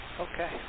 Okay